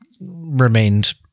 remained